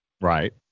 Right